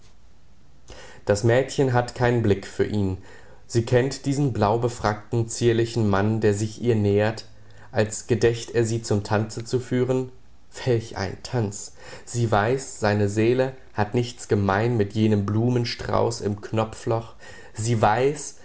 das mädchen hat keinen blick für ihn sie kennt diesen blaubefrackten zierlichen mann der sich ihr nähert als gedächt er sie zum tanze zu führen welch ein tanz sie weiß seine seele hat nichts gemein mit jenem blumenstrauß im knopfloch sie weiß